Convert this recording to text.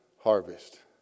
harvest